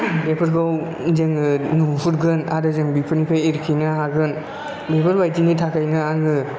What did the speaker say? बेफोरखौ जोङो नुहुरगोन आरो जों बेफोरनिफ्राय एरखेनो हागोन बेफोर बायदिनि थाखायनो आङो